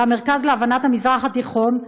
והמרכז להבנת המזרח התיכון,